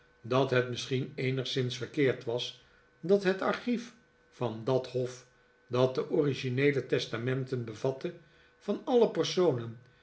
dat het misschien eenigszins verkeerd was dat het archief van dat hof dat de origineele testamenten bevatte van alle personen